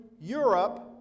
Europe